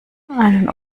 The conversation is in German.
einen